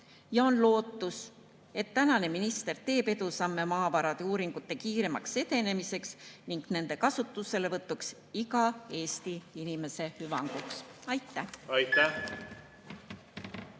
On lootus, et tänane minister teeb edusamme maavarade uuringute kiiremal edendamisel ning nende kasutuselevõtul iga Eesti inimese hüvanguks. Aitäh!